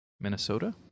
Minnesota